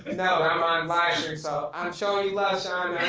no i'm on live screen so, i'm showing you love shawn.